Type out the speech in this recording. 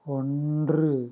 ஒன்று